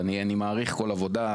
ואני מעריך כל עבודה,